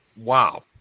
wow